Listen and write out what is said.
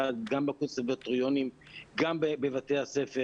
גם בקונסרבטוריונים וגם בבתי הספר.